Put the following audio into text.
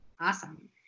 awesome